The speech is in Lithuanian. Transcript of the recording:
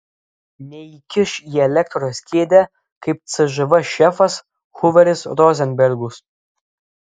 neįkiš į elektros kėdę kaip cžv šefas huveris rozenbergus